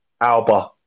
Alba